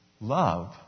love